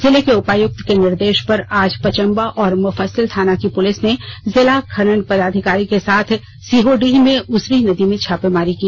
जिले के उपायुक्त के निर्देश पर आज पचंबा और मुफस्सिल थाना की पुलिस ने जिला खनन पदाधिकारी के साथ सिहोडीह में उसरी नदी में छापेमारी की